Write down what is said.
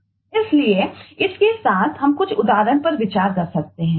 इसलिए इसके साथ हम कुछ उदाहरणों पर फिर से विचार कर सकते हैं